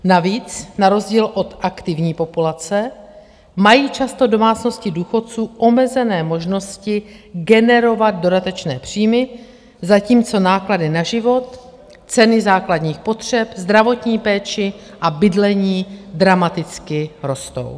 Navíc na rozdíl od aktivní populace mají často domácnosti důchodců omezené možnosti generovat dodatečné příjmy, zatímco náklady na život, ceny základních potřeb, zdravotní péči a bydlení dramaticky rostou.